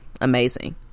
amazing